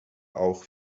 auch